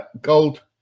Gold